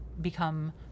become